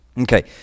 Okay